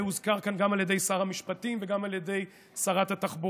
וזה הוזכר כאן גם על ידי שר המשפטים וגם על ידי שרת התחבורה,